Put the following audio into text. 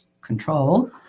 control